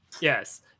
Yes